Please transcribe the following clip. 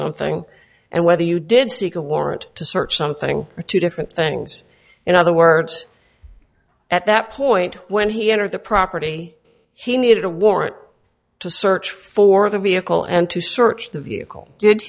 something and whether you did seek a warrant to search something are two different things in other words at that point when he entered the property he needed a warrant to search for the vehicle and to search the vehicle did